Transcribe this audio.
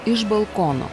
iš balkono